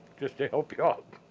just to help you out.